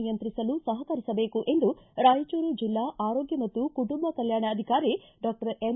ನಿಯಂತ್ರಿಸಲು ಸಹಕರಿಸಬೇಕು ಎಂದು ರಾಯಚೂರು ಜಿಲ್ಲಾ ಆರೋಗ್ಗ ಮತ್ತು ಕುಟುಂಬ ಕಲ್ಯಾಣ ಅಧಿಕಾರಿ ಡಾಕ್ಟರ್ ಎಂ